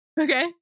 Okay